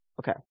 Okay